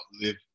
live